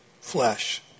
flesh